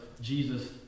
Jesus